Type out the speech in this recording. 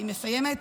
אני מסיימת.